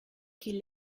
qu’il